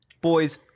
Boys